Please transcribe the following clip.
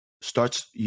starts